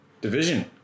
Division